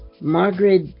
Margaret